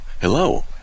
Hello